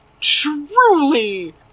truly